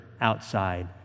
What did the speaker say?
outside